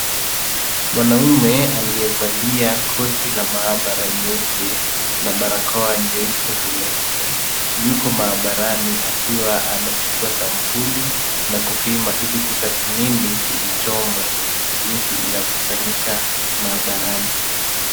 Mwanaume aliyevalia koti la maabara jeupe na barakoa jeupe vilevile, yuko maabarani akiwa anachukua sampuli na kupima ili kutathmini kilichomo jinsi inavyofanyika maabarani.